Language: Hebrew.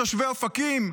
מתושבי אופקים?